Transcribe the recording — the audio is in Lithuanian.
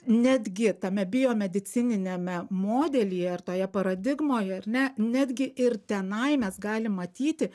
netgi tame biomedicininiame modelyje ar toje paradigmoje ar ne netgi ir tenai mes galim matyti